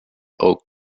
oak